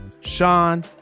Sean